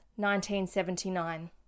1979